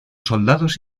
soldados